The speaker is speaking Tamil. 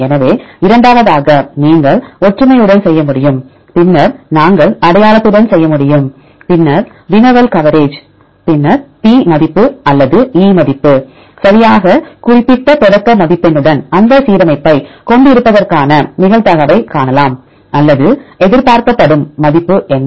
எனவே இரண்டாவதாக நீங்கள் ஒற்றுமையுடன் செய்ய முடியும் பின்னர் நாங்கள் அடையாளத்துடன் செய்ய முடியும் பின்னர் வினவல் கவரேஜ் பின்னர் p மதிப்பு அல்லது e மதிப்பு சரியாக குறிப்பிட்ட தொடக்க மதிப்பெண்ணுடன் அந்த சீரமைப்பைக் கொண்டிருப்பதற்கான நிகழ்தகவைக் காணலாம் அல்லது எதிர்பார்க்கப்படும் மதிப்பு என்ன